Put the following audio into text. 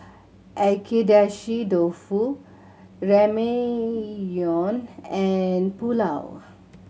Agedashi Dofu Ramyeon and Pulao